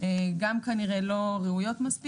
וכנראה גם לא ראויות.